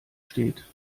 steht